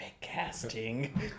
casting